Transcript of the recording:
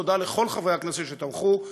תודה לכל חברי הכנסת שתמכו,